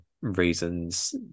reasons